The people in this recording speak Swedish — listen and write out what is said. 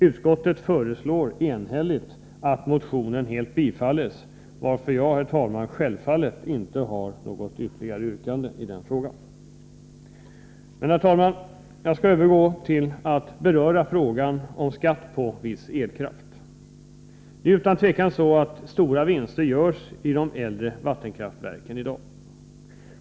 Utskottet föreslår enhälligt att motionen helt bifalls, varför jag självfallet inte har något ytterligare yrkande i denna fråga. Herr talman! Jag skall nu övergå till att beröra frågan om skatt på viss elkraft. Det är utan tvekan så att stora vinster görs i de äldre vattenkraftverken i dag.